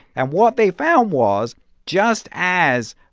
and what they found was just as,